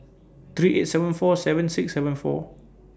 three eight seven four seven six seven four